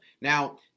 Now